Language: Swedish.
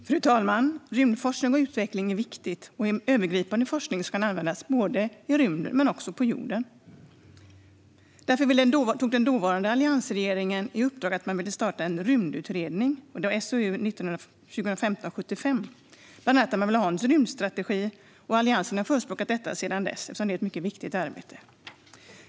Fru talman! Rymdforskning och utveckling är viktigt, och det är en övergripande forskning som kan användas både i rymden och på jorden. Därför tog den dåvarande alliansregeringen initiativ till att starta en rymdutredning, SOU 2015:75. Utredningen föreslog bland annat att Sverige skulle ha en rymdstrategi. Eftersom det är ett mycket viktigt arbete har Alliansen förespråkat detta sedan dess.